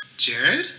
Jared